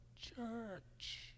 Church